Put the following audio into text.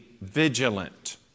vigilant